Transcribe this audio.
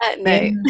no